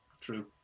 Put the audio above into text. true